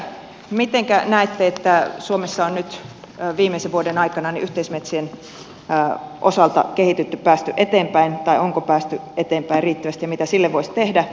mitenkä näette että suomessa on nyt viimeisen vuoden aikana yhteismetsien osalta kehitytty päästy eteenpäin onko päästy eteenpäin riittävästi ja mitä sille voisi tehdä